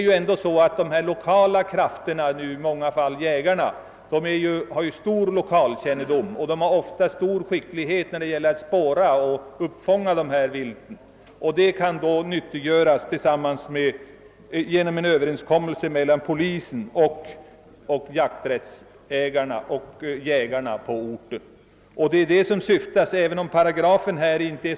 Jägarna har stor lokalkännedom och är ofta skickliga i att spåra viltet. Deras skicklighet kan nyttiggöras genom ett samarbete mellan polisen och jakträttsägarna. Det är bl.a. detta som åsyftas med denna paragraf.